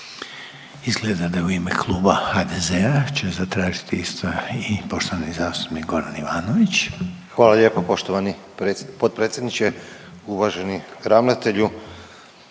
Izgleda da u ime kluba HDZ-a će zatražiti isto i poštovani zastupnik Goran Ivanović. **Ivanović, Goran (HDZ)** Hvala lijepo poštovani potpredsjedniče. Uvaženi ravnatelju,